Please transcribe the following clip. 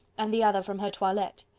and the other from her toilette.